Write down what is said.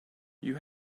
you